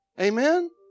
Amen